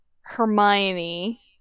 Hermione